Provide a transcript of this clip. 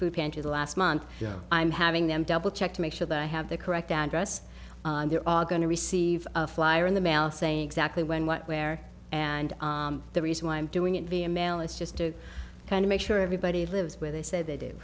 food pantry the last month i'm having them double check to make sure that i have the correct address there are going to receive a flyer in the mail saying exactly when what where and the reason why i'm doing it via mail is just to kind of make sure everybody lives where they say th